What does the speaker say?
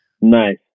Nice